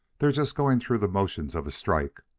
they're just going through the motions of a strike.